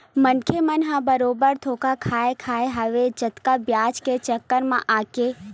मनखे मन ह बरोबर धोखा खाय खाय हवय जादा बियाज के चक्कर म आके